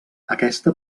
aquesta